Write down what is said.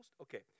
okay